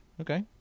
Okay